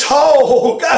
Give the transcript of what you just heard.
talk